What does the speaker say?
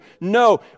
No